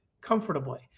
comfortably